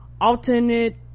alternate